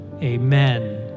amen